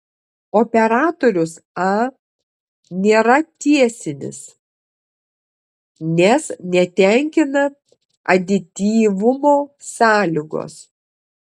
operatorius a nėra tiesinis nes netenkina adityvumo sąlygos